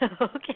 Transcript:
Okay